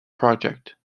project